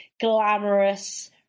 glamorous